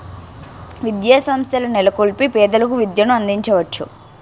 విద్యాసంస్థల నెలకొల్పి పేదలకు విద్యను అందించవచ్చు